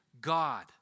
God